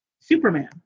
Superman